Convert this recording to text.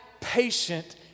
patient